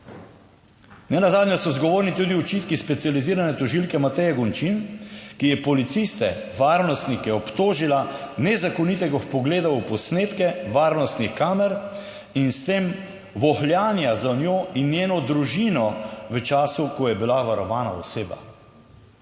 Nenazadnje so zgovorni tudi očitki specializirane tožilke Mateje Gončin, ki je policiste varnostnike obtožila nezakonitega vpogleda v posnetke varnostnih kamer in s tem vohljanja za njo in njeno družino v času, ko je bila varovana oseba.